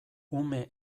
ume